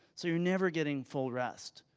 so you never getting full rest.